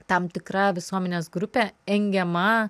tam tikra visuomenės grupė engiama